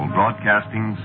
Broadcasting